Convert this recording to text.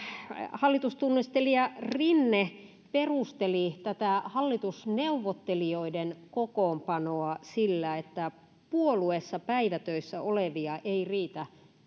hallitustunnustelija rinne perusteli tätä hallitusneuvottelijoiden kokoonpanoa sillä että puolueessa päivätöissä olevia ei riitä